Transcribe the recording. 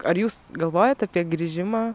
ar jūs galvojat apie grįžimą